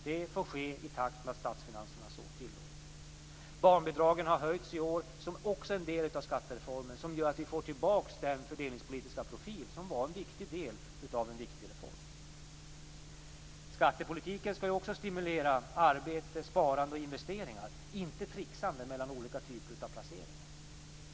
Det får ske i takt med att statsfinanserna så tillåter. Barnbidragen har höjts i år. Det är också en del av skattereformen, som gör att vi får tillbaka den fördelningspolitiska profil som var en viktig del av en viktig reform. Skattepolitiken skall också stimulera arbete, sparande och investeringar - inte tricksande mellan olika typer av placeringar.